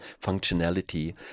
functionality